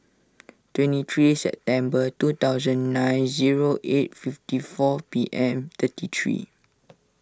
twenty three September two thousand nine zero eight fifty four P M thirty three